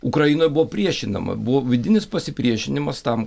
ukraina buvo priešinama buvo vidinis pasipriešinimas tam